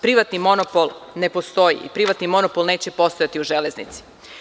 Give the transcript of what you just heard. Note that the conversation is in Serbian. Privatni monopol ne postoji i privatni monopol neće postojati u „Železnici“